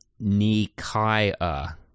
Nikaya